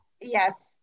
Yes